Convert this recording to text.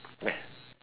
yes